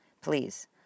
Please